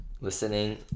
Listening